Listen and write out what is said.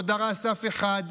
לא דרס אף אחד,